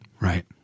Right